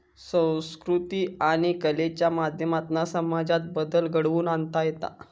संकृती आणि कलेच्या माध्यमातना समाजात बदल घडवुन आणता येता